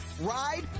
ride